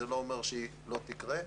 זה לא אומר שזה לא יקרה,